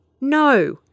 No